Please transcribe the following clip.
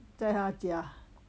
在他家